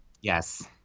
yes